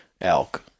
elk